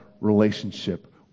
relationship